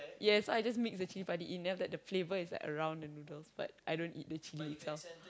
yes I just mix the chilli-padi in then after that the flavour is like around the noodles but I don't eat the chilli itself